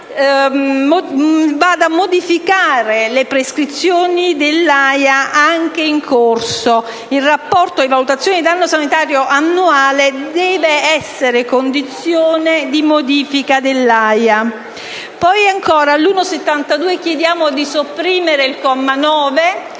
andasse a modificare le prescrizioni dell'AIA anche in corso. Il rapporto di valutazione di danno sanitario annuale deve essere condizione di modifica dell'AIA. Ancora, con l'emendamento 1.72 chiediamo di sopprimere il comma 9,